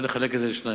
נחלק את זה לשניים.